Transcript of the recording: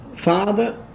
father